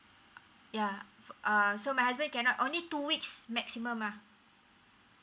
yeah uh so my husband can not only two weeks maximum ah